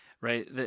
right